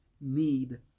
need